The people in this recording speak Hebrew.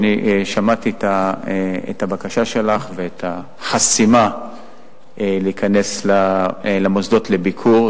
שמעתי את הבקשה שלך לגבי החסימה מלהיכנס למוסדות לביקור,